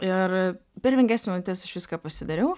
ir per penkias minutes aš viską pasidariau